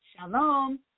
Shalom